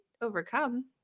overcome